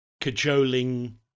cajoling